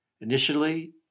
Initially